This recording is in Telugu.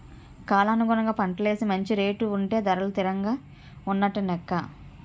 కాలానుగుణంగా పంటలేసి మంచి రేటు ఉంటే ధరలు తిరంగా ఉన్నట్టు నెక్క